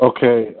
Okay